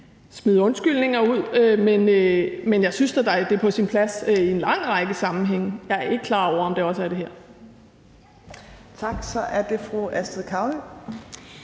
jeg er ikke klar over, om det også er det her.